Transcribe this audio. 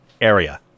area